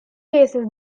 cases